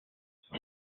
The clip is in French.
sous